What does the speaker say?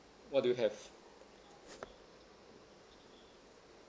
what do you have